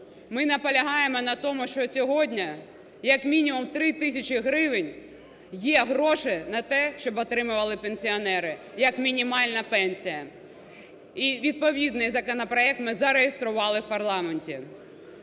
Ми наполягаємо на тому, що сьогодні, як мінімум, 3 тисячі гривень є гроші на те, щоб отримували пенсіонери, як мінімальна пенсія. І відповідний законопроект ми зареєстрували в парламенті.